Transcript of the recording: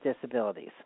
Disabilities